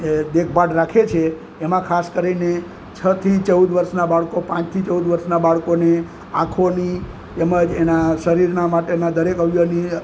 એ દેખભાળ રાખે છે એમાં ખાસ કરીને છ થી ચૌદ વર્ષનાં બાળકો પાંચથી ચૌદ વર્ષનાં બાળકોને આંખોની તેમજ તેનાં શરીરનાં માટેના દરેક અવયવોની